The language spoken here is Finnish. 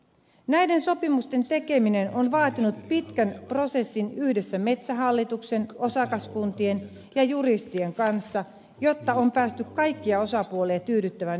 näiden sopimusten tekeminen on vaatinut pitkän prosessin yhdessä metsähallituksen osakaskuntien ja juristien kanssa jotta on päästy kaikkia osapuolia tyydyttävään yhteisymmärrykseen